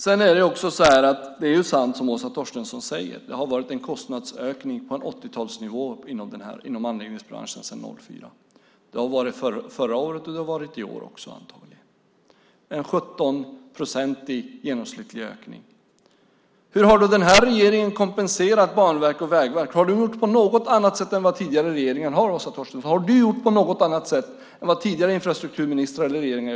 Det är sant som Åsa Torstensson säger att det sedan 2004 varit en kostnadsökning på 80-talsnivå inom anläggningsbranschen. Det var en ökning förra året och blir det antagligen också i år, en genomsnittlig ökning med 17 procent. Hur har regeringen kompenserat Banverket och Vägverket? Har Åsa Torstensson gjort på något annat sätt än tidigare infrastrukturministrar eller regeringar?